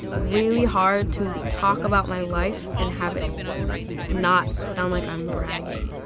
really hard to talk about my life and have it not sound like i'm bragging.